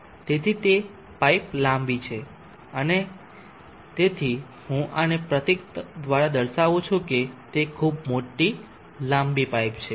તેથી તે પાઇપ લાંબી છે તેથી હું આને પ્રતીક દ્વારા દર્શાવું છું કે તે ખૂબ મોટી લાંબી પાઇપ છે